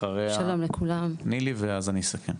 ואחריה נילי ואז אני אסכם.